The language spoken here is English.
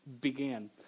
began